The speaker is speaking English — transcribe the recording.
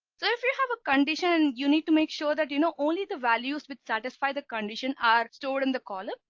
so if you have a condition you need to make sure that you know, only the values with satisfy the condition are stored in the column,